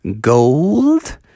gold